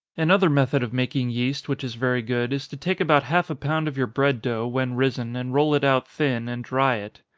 another method of making yeast, which is very good, is to take about half a pound of your bread dough, when risen, and roll it out thin, and dry it.